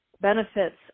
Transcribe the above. benefits